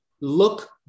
look